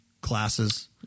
classes